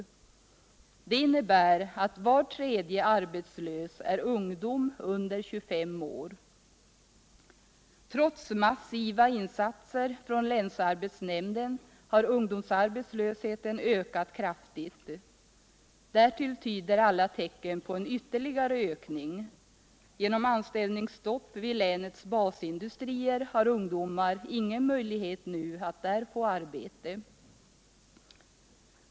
Det innebär att var tredje arbetslös är ungdom under 25 år. Trots massiva insatser från länsarbetsnämnden har 3 ungdomsarbetslösheten ökat kraftigt. Därtill tyder alla tecken på en ytterligare ökning. Genom anställningsstopp vid länets basindustrier har ungdomar ingen möjlighet nu att där få arbete.